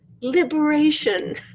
Liberation